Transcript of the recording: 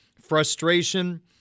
frustration